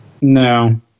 No